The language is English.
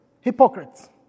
hypocrites